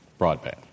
broadband